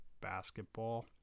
basketball